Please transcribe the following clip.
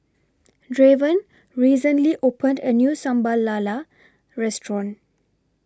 Draven recently opened A New Sambal Lala Restaurant